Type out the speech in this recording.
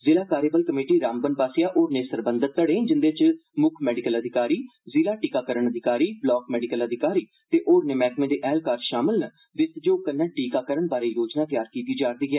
जिला कार्यबल कमेटी रामबन पास्सेआ होरनें सरबंधत धड़ें जिन्दे च मुक्ख मेडिकल अधिकारी जिला टीकाकरण अधिकारी ब्लाक मेडिकल अधिकारी ते होरनें मैहकर्मे दे ऐहलकार शामल न दे सैहयोग कन्नै टीकाकरण बाँरै योजना तैयार कीती जा'रदी ऐ